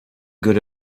good